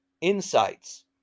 insights